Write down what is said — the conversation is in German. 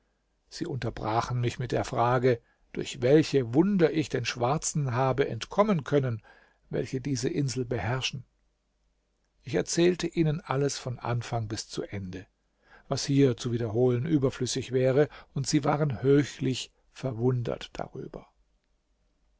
sie unterbrachen mich mit der frage durch welche wunder ich den schwarzen habe entkommen können welche diese insel beherrschen ich erzählte ihnen alles von anfang bis zu ende was hier zu wiederholen überflüssig wäre und sie waren höchlich verwundert darüber